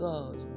God